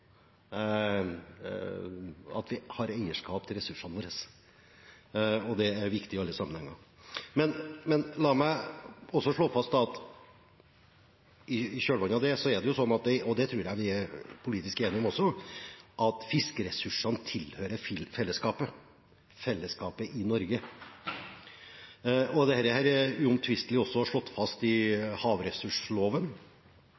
eierskap til ressursene våre. Det er viktig i alle sammenhenger. La meg også slå fast i kjølvannet av det – og det tror jeg vi er politisk enige om også – at fiskeressursene tilhører fellesskapet, fellesskapet i Norge. Dette er uomtvistelig slått fast i havressursloven, og det kunne enkelt formuleres slik, det er ikke vanskeligere, at fisken som svømmer rundt i